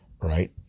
right